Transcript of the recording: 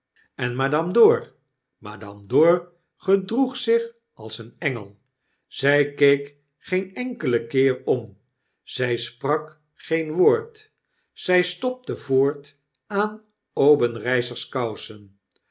en maclame dor madame dor gedroeg zich als een engel zy keek geen enkelen keerom zy sprak geen woord zy stopte voort aan obenreizer's kousen